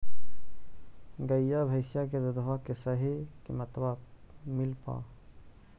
गईया भैसिया के दूधबा के सही किमतबा मिल पा?